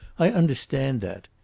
i understand that.